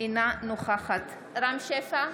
אינה נוכחת רם שפע,